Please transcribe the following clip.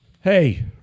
Hey